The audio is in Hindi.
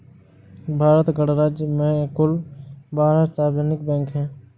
भारत गणराज्य में कुल बारह सार्वजनिक बैंक हैं